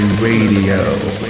Radio